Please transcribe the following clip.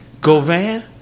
Govan